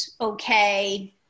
okay